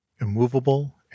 immovable